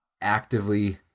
actively